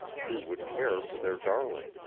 who would care for their darling?